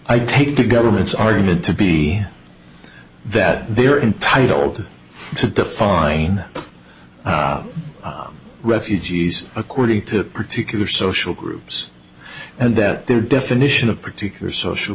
i take the government's argument to be that they are entitled to define refugees according to particular social groups and that their definition of particular social